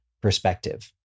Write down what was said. perspective